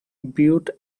bute